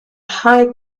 high